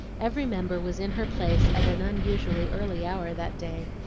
every member was in her place at an unusually early hour that day,